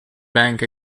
bank